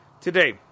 today